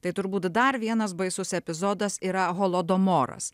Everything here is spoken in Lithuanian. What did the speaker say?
tai turbūt dar vienas baisus epizodas yra holodomoras